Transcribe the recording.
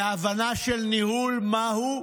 בהבנה של ניהול מה הוא,